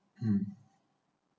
um